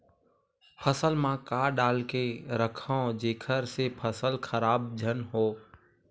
फसल म का डाल के रखव जेखर से फसल खराब झन हो?